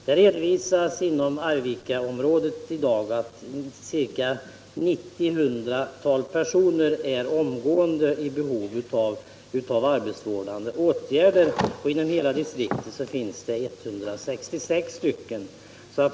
Det redovisas inom Arvikaområdet att i dag ca 90-100 sådana personer är i behov av arbetsvårdande åtgärder och att det inom hela distriktet finns 166 sådana personer.